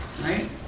right